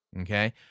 Okay